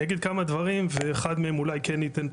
אני אגיד כמה דברים ואחד מהם אולי כן ייתן את